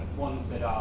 ones that